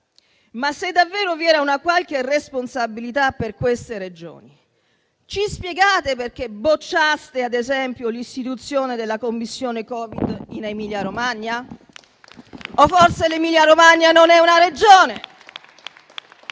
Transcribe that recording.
Ma se davvero vi era una qualche responsabilità da parte delle Regioni, ci spiegate perché bocciaste, ad esempio, l'istituzione della Commissione Covid in Emilia-Romagna? O forse l'Emilia-Romagna non è una Regione?